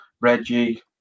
Reggie